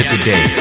today